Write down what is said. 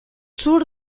sur